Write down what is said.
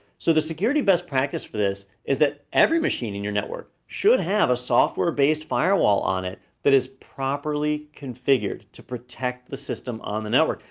so the security best practice for this, is that every machine in your network should have a software-based firewall on it that is properly configured to protect the system on the network,